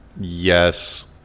yes